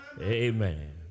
Amen